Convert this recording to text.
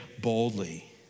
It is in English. boldly